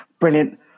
Brilliant